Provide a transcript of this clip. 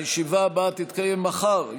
הישיבה הבאה תתקיים מחר,